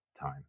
time